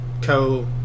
Co